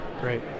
Great